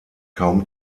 kaum